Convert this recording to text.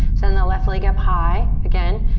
send the left leg up high. again,